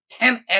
10x